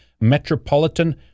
Metropolitan